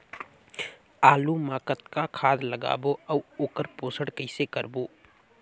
आलू मा कतना खाद लगाबो अउ ओकर पोषण कइसे करबो?